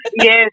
yes